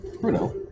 Bruno